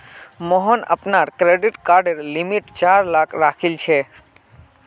मोहन अपनार डेबिट कार्डेर लिमिट चार लाख राखिलछेक